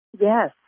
Yes